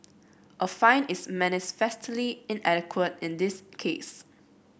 a fine is manifestly inadequate in this case